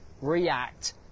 react